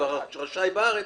רשאי בארץ,